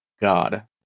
God